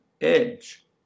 edge